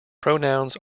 pronouns